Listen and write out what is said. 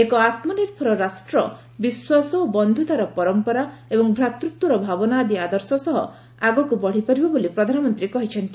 ଏକ ଆତ୍କନିର୍ଭର ରାଷ୍ଟ୍ର ବିଶ୍ୱାସ ଓ ବନ୍ଧ୍ରତାର ପରମ୍ପରା ଏବଂ ଭ୍ରାତୃତ୍ୱର ଭାବନା ଆଦି ଆଦର୍ଶ ସହ ଦେଶ ଆଗକୁ ବଢ଼ିପାରିବ ବୋଲି ପ୍ରଧାନମନ୍ତୀ କହିଛନ୍ତି